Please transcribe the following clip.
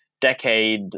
decade